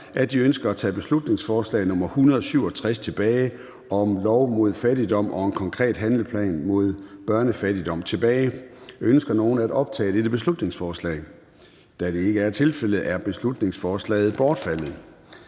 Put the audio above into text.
at de ønsker at tage beslutningsforslag nr. B 167 tilbage (Forslag til folketingsbeslutning om lov mod fattigdom og en konkret handleplan mod børnefattigdom). Ønsker nogen at optage dette beslutningsforslag? Da det ikke er tilfældet, er beslutningsforslaget bortfaldet.